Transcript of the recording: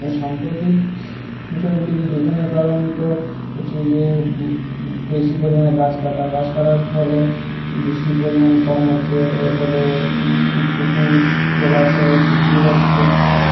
এই সাম্প্রতিক বছরগুলিতে দূষণের কারণ তো হচ্ছে গিয়ে বেশি পরিমাণে গাছ কাটা গাছ কাটার ফলে বৃষ্টির পরিমাণ কম হচ্ছে এর ফলে পুকুর জলাশয় শুকিয়ে যাচ্ছে